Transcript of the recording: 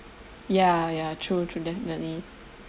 ya ya true true definitely